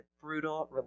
brutal